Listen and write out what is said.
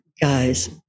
guys